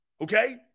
Okay